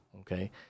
okay